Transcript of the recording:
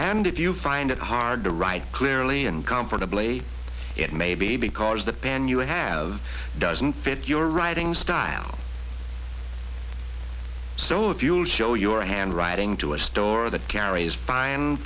and if you find it hard to write clearly and comfortably it may be because the pan you have doesn't fit your writing style so if you show your handwriting to a store that carries fin